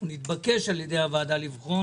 התבקש על-ידי הוועדה לבחון